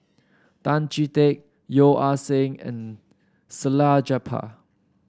Tan Chee Teck Yeo Ah Seng and Salleh Japar